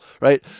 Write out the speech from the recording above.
right